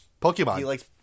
Pokemon